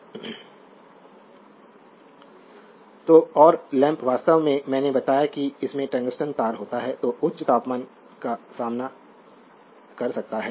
संदर्भ स्लाइड समय 0744 तो और लैंप वास्तव में मैंने बताया कि इसमें टंगस्टन तार होता है जो उच्च तापमान का सामना कर सकता है